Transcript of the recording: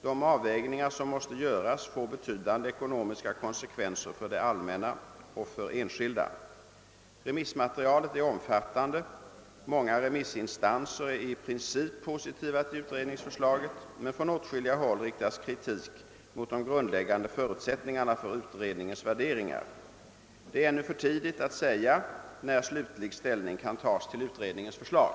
De avvägningar som måste göras får betydande ekonomiska konsekvenser för det allmänna och för enskilda. Remissmaterialet är «omfattande. Många remissinstanser är i princip positiva till utredningsförslaget, men från åtskilliga håll riktas kritik mot de grundläggande förutsättningarna för utredningens värderingar. Det är ännu för tidigt att säga när slutlig ställning kan tas till utredningens förslag.